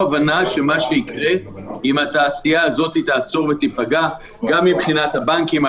הבינו שאם התעשייה הזאת תעצור תהיה פגיעה מבחינת הבנקים,